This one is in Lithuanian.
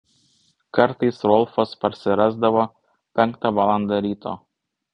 kartais rolfas parsirasdavo penktą valandą ryto